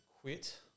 quit